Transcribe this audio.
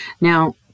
now